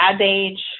age